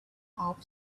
off